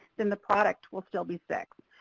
then the product will still be six.